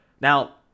Now